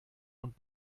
und